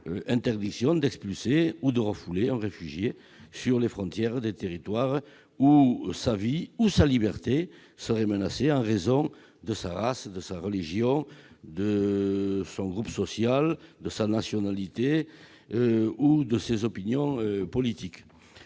interdiction d'expulser ou de refouler un réfugié aux frontières des territoires où sa vie ou sa liberté serait menacée en raison de sa race, de sa religion, de son appartenance à un groupe social, de sa nationalité ou de ses opinions politiques.